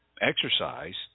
exercise